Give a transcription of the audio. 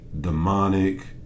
demonic